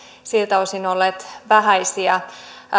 siltä osin olleet vähäisiä